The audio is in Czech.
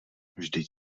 vždyť